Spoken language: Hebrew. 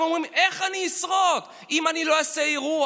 הם אומרים: איך אני אשרוד אם אני לא אעשה אירוע?